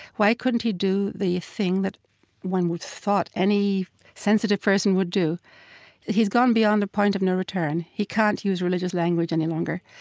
why couldn't he do the thing that one would have thought any sensitive person would do? that he'd gone beyond the point of no return he can't use religious language any longer.